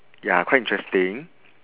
ya quite interesting